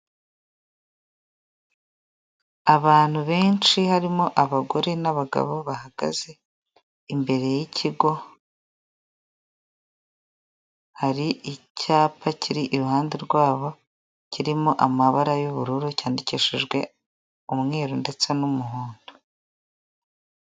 Abantu benshi harimo abagore n'abagabo bahagaze, imbere y'ikigo hari icyapa kiri iruhande rwabo kirimo amabara y'ubururu, cyandikishijwe umweru ndetse n'umuhondo.